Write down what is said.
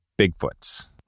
Bigfoots